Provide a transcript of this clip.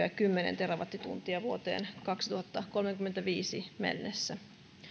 ja aurinkosähköä kymmenen terawattituntia vuoteen kaksituhattakolmekymmentäviisi mennessä